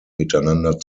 miteinander